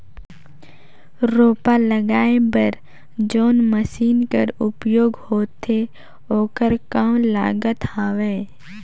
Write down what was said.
रोपा लगाय बर जोन मशीन कर उपयोग होथे ओकर कौन लागत हवय?